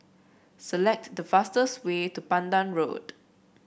select the fastest way to Pandan Road